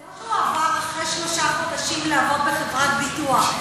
זה לא שהוא עבר אחרי שלושה חודשים לעבוד בחברת ביטוח,